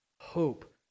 hope